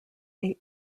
eight